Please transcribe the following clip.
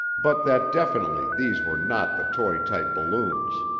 but that definitely these were not the toy type balloons.